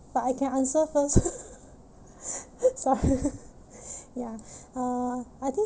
but I can answer first sor~ yeah uh I think